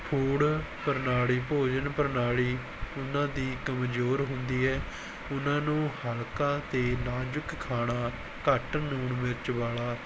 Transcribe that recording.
food ਪ੍ਰਣਾਲੀ ਭੋਜਨ ਪ੍ਰਣਾਲੀ ਉਹਨਾਂ ਦੀ ਕਮਜ਼ੋਰ ਹੁੰਦੀ ਹੈ ਉਹਨਾਂ ਨੂੰ ਹਲਕਾ ਅਤੇ ਨਾਜ਼ੁਕ ਖਾਣਾ ਘੱਟ ਲੂਣ ਮਿਰਚ ਵਾਲਾ